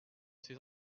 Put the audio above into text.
ces